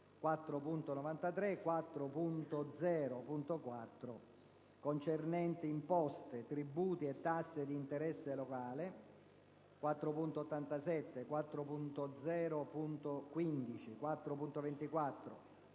emendamenti concernenti imposte, tributi e tasse di interesse locale: 4.87, 4.0.15; 4.24,